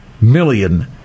million